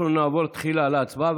אנחנו נעבור תחילה להצבעה,